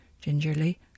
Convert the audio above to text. Gingerly